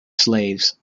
slaves